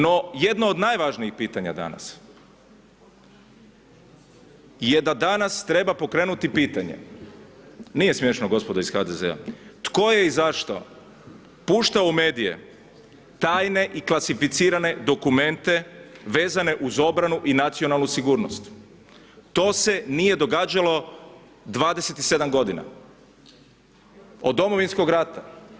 No, jedno od najvažnijih pitanja danas, je da danas treba pokrenuti pitanje, nije smiješno gospodo iz HDZ-a tko je i zašto puštao u medije tajne i klasificirane dokumente vezane uz obranu i nacionalnu sigurnost, to se nije događalo 27 godina, od Domovinskog rata.